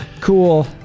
Cool